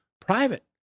private